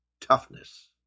toughness